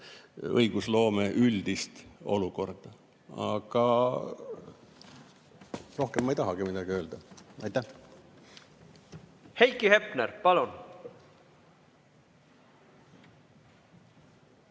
õigusloome üldist olukorda. Rohkem ma ei tahagi midagi öelda. Aitäh! Heiki Hepner, palun!